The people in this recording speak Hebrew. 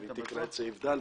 כשהיא תקרא את סעיף קטן (ד),